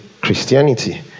Christianity